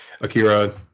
akira